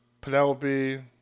Penelope